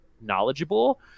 knowledgeable